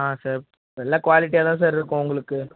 ஆ sir எல்லா குவாலிட்டியாக தான் சார் இருக்கும் உங்களுக்கு